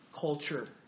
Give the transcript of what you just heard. culture